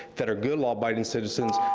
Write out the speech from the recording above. that are good, law-abiding citizens?